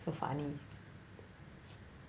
so funny